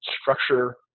structure